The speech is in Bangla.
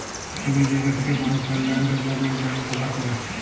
জমি জায়গা থ্যাকা মালুসলা ল্যান্ড ডেভলোপমেল্ট ব্যাংক ব্যাভার ক্যরে